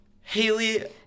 Haley